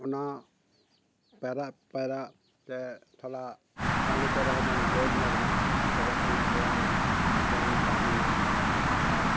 ᱚᱱᱟ ᱯᱟᱭᱨᱟᱜ ᱯᱟᱭᱨᱟᱜ ᱛᱮ ᱛᱷᱚᱲᱟ ᱴᱟᱺᱰᱤ ᱠᱚᱨᱮ ᱦᱚᱸᱵᱚᱱ ᱫᱟᱹᱲ ᱧᱚᱜᱽ ᱢᱟ ᱛᱚᱵᱮ ᱠᱷᱟᱱ ᱟᱵᱚᱣᱟᱝ ᱫᱚᱢ ᱛᱟᱦᱮᱱᱟ ᱟᱨ